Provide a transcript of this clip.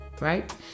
right